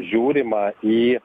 žiūrima į